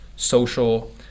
social